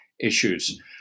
issues